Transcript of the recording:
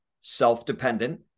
self-dependent